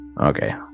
Okay